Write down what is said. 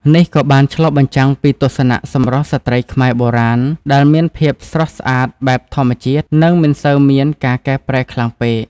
នេះក៏បានឆ្លុះបញ្ចាំងពីទស្សនៈសម្រស់ស្រ្តីខ្មែរបុរាណដែលមានភាពស្រស់ស្អាតបែបធម្មជាតិ និងមិនសូវមានការកែប្រែខ្លាំងពេក។